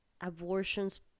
abortions